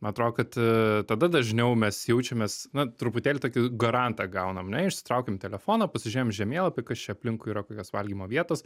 atrodo kad tada dažniau mes jaučiamės na truputėlį tokį garantą gaunam ane išsitraukiam telefoną pasižiūrim žemėlapį kas čia aplinkui yra kokios valgymo vietos